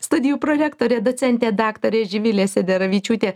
studijų prorektorė docentė daktarė živilė sederevičiūtė